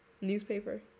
newspaper